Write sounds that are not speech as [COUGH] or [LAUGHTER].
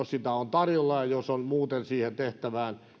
[UNINTELLIGIBLE] sitä on tarjolla ja jos on muuten siihen tehtävään